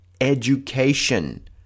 education